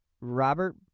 Robert